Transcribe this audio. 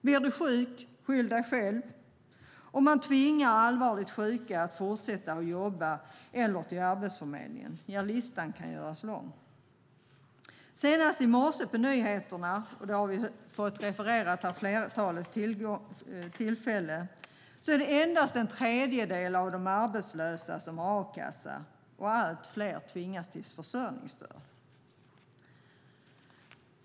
Blir du sjuk - skyll dig själv! Man tvingar allvarligt sjuka att fortsätta att jobba eller att gå till Arbetsförmedlingen. Ja, listan kan göras lång. Senast i morse på nyheterna - det har vi fått refererat av flera - hörde vi att det är endast en tredjedel av dem som är arbetslösa som har a-kassa och att allt fler tvingas söka försörjningsstöd.